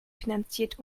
finanziert